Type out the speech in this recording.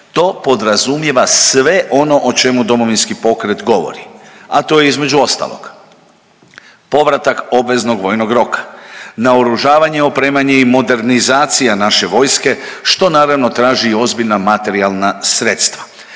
To podrazumijeva sve ono o čemu Domovinski pokret govori, a to je između ostaloga povratak obveznog vojnog roka, naoružavanje, opremanje i modernizacija naše vojske što naravno traži i ozbiljna materijalna sredstva.